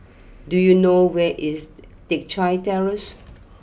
do you know where is Teck Chye Terrace